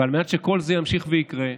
ועל מנת שכל זה ימשיך ויקרה,